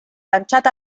lanciata